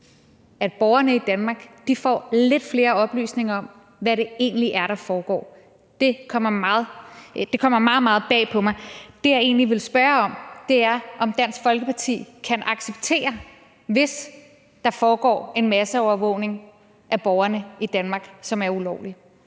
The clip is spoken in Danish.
at borgerne i Danmark får lidt flere oplysninger om, hvad det egentlig er, der foregår. Det kommer meget, meget bag på mig. Det, jeg egentlig vil spørge om, er, om Dansk Folkeparti kan acceptere det, hvis der foregår en masseovervågning af borgerne i Danmark, som er ulovlig?